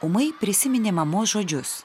ūmai prisiminė mamos žodžius